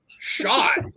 shot